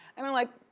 and i'm like,